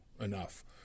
enough